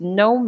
no